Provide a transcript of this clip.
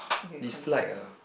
dislike ah